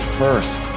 first